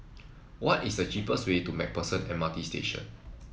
what is the cheapest way to MacPherson M R T Station